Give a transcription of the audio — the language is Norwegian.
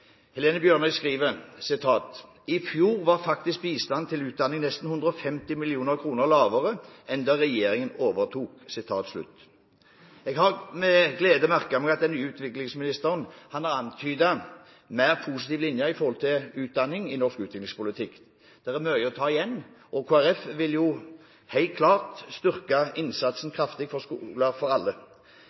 Bjørnøy skriver: «I fjor var likevel bistanden til utdanning nesten 150 millioner lavere enn da regjeringen overtok.» Jeg har med glede merket meg at den nye utviklingsministeren har antydet mer positive linjer med hensyn til utdanning i norsk utviklingspolitikk. Det er mye å ta igjen, og Kristelig Folkeparti vil helt klart styrke innsatsen kraftig for skole for alle.